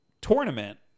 Tournament